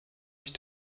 ich